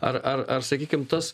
ar ar ar sakykim tas